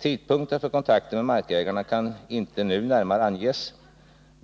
Tidpunkten för kontakten med markägarna kan inte nu närmare anges.